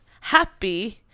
happy